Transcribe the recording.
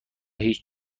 هیچ